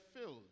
filled